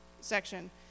section